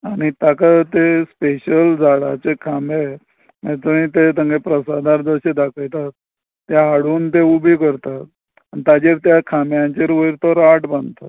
आनी ताका ते स्पेशल जाडाचें खांबे थंय ते ताचे प्रसादार जशें दाखयतात ते हाडून ते उबे करतात ताजे त्या खांब्यांचेर वयर राट बानतात